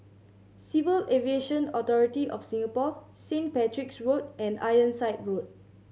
Civil Aviation Authority of Singapore Saint Patrick's Road and Ironside Road